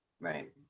Right